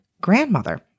grandmother